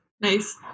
Nice